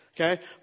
okay